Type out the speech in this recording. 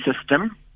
system